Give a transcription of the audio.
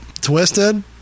Twisted